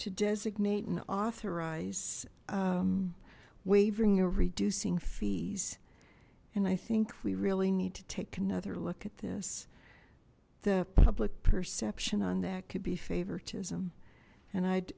to designate and authorize wavering you're reducing fees and i think we really need to take another look at this the public perception on that could be favoritism and